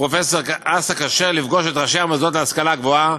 פרופסור אסא כשר לפגוש את ראשי המוסדות להשכלה גבוהה,